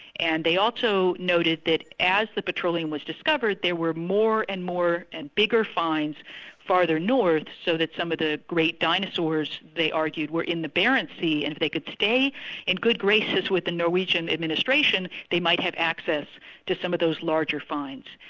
and they also noted that as the petroleum was discovered there were more and more and bigger finds farther north, so that some of the great dinosaurs, they argued, were in the barents sea, and if they could stay in good graces with the norwegian administration, they might have access to some of those larger finds.